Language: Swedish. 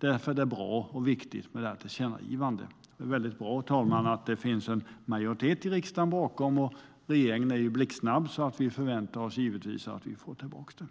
Därför är detta tillkännagivande bra och viktigt. Herr talman! Det är bra att det finns en majoritet i riksdagen bakom tillkännagivandet. Och regeringen är ju blixtsnabb. Därför förväntar vi oss givetvis att vi får tillbaka